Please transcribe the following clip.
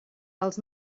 els